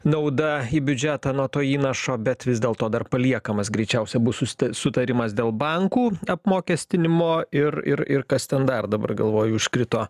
nauda į biudžetą nuo to įnašo bet vis dėlto dar paliekamas greičiausia bus sus sutarimas dėl bankų apmokestinimo ir ir ir kas ten dar dabar galvoju užkrito